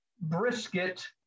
brisket